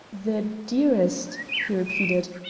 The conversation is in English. the dearest, he repeated.